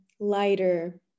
lighter